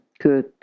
Good